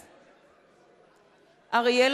מצביע אריאל